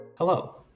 Hello